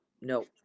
no